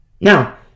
Now